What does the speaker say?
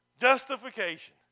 Justification